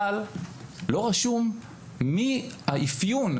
אבל לא רשום מי האפיון,